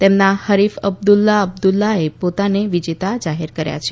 તેમના હરીફ અબ્દુલા અબ્દુલ્લાએ પોતાને વિજેતા જાહેર કર્યા છે